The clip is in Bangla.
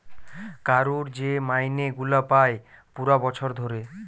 কারুর যে মাইনে গুলা পায় পুরা বছর ধরে